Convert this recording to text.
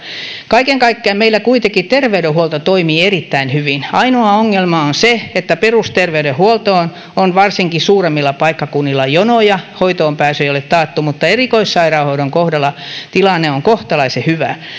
kaiken kaikkiaan meillä kuitenkin terveydenhuolto toimii erittäin hyvin ainoa ongelma on se että perusterveydenhuoltoon on varsinkin suuremmilla paikkakunnilla jonoja hoitoonpääsy ei ole taattu mutta erikoissairaanhoidon kohdalla tilanne on kohtalaisen hyvä